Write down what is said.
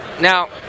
now